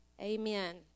Amen